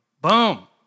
Boom